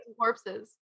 corpses